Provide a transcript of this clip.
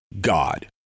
God